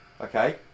Okay